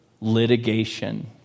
litigation